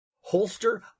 holster